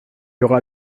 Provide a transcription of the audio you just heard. aura